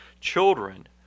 children